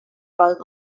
both